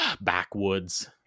backwoods